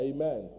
Amen